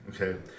Okay